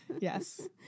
Yes